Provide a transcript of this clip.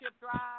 drive